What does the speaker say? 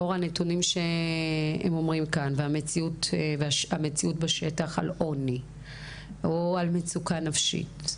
לאור המציאות בשטח והנתונים על עוני או מצוקה נפשית,